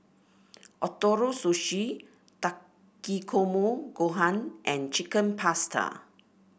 Ootoro Sushi Takikomi Gohan and Chicken Pasta